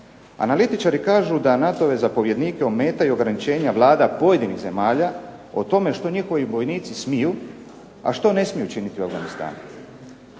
Analitičari kažu da NATO-ve zapovjednike ometaju ograničenja vlada pojedinih zemalja o tome što njihovi bojnici smiju, a što ne smiju učiniti u Afganistanu.